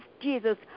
Jesus